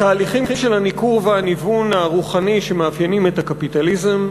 התהליכים של הניכור והניוון הרוחני שמאפיינים את הקפיטליזם,